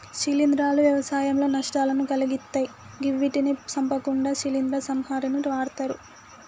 శిలీంద్రాలు వ్యవసాయంలో నష్టాలను కలిగిత్తయ్ గివ్విటిని సంపడానికి శిలీంద్ర సంహారిణిని వాడ్తరు